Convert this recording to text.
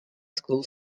school